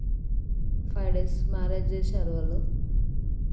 five days marriage చేశారు వాళ్ళు